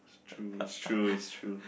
it's true it's true it's true